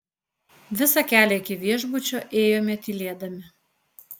visą kelią iki viešbučio ėjome tylėdami